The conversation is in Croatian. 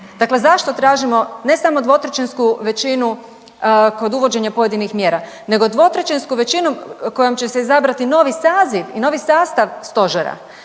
Dakle, zašto tražimo ne samo dvotrećinsku većinu kod uvođenja pojedinih mjera nego dvotrećinsku većinu kojom će se izabrati novi saziv i novi sastav stožera,